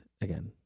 again